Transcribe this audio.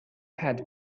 had